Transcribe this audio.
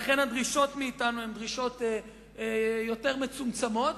לכן, הדרישות מאתנו הן דרישות יותר מצומצמות.